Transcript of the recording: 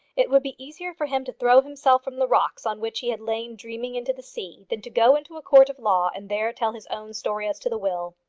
it would be easier for him to throw himself from the rocks on which he had lain dreaming into the sea than to go into a court of law and there tell his own story as to the will.